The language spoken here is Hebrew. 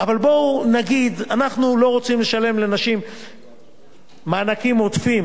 אבל בואו נגיד: אנחנו לא רוצים לשלם לנשים מענקים עודפים